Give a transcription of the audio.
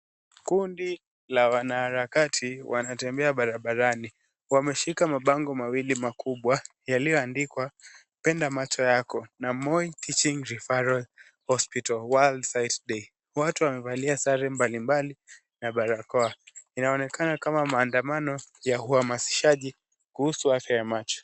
Kundi la wanaharakati wanatembea barabarani. Wameshika mabango mawili makubwa yaliyoandikwa Penda Macho Yako na Moi Teaching Refferal Hospital world sight day . Watu wamevalia sare mbalimbali na barakoa. Inaonekana kama maandamano ya uhamasishaji kuhusu afya ya macho.